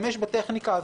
גם לא בתקופה של 90 הימים,